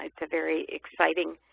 it's a very exciting